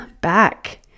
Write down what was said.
back